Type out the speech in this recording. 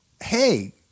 Hey